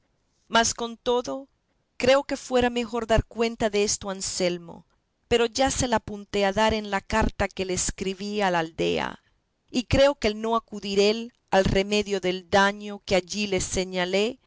mas con todo creo que fuera mejor dar cuenta desto a anselmo pero ya se la apunté a dar en la carta que le escribí al aldea y creo que el no acudir él al remedio del daño que allí le señalé